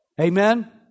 Amen